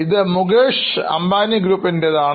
ഇത് മുകേഷ് അംബാനി ഗ്രൂപ്പിൻറെതാണ്